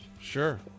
Sure